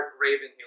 Ravenhill